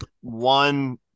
one